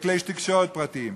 וכלי תקשורת פרטיים,